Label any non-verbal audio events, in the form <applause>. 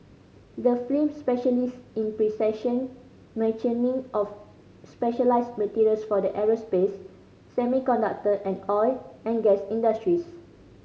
the <unintelligible> specialises in precision machining of specialised materials for the aerospace semiconductor and oil and gas industries